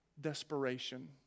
desperation